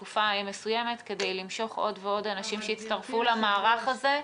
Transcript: מסוימת כדי למשוך עוד ועוד אנשים להיכנס למערך הזה.